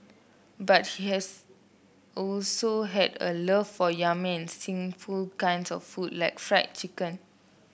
but he has also had a love for yummy and sinful kinds of food like fried chicken